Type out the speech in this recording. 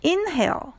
Inhale